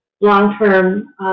long-term